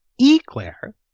eclair